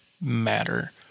matter